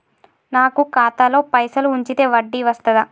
నాకు ఖాతాలో పైసలు ఉంచితే వడ్డీ వస్తదా?